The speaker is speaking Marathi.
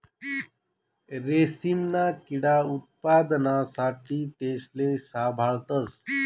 रेशीमना किडा उत्पादना साठे तेसले साभाळतस